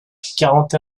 quarante